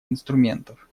инструментов